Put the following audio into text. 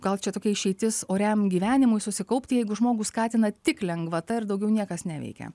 gal čia tokia išeitis oriam gyvenimui susikaupti jeigu žmogų skatina tik lengvata ir daugiau niekas neveikia